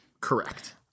Correct